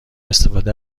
استفاده